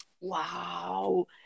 Wow